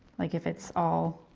like if it's all.